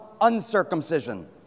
uncircumcision